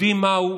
יודעים מהו,